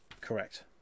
Correct